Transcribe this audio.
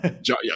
John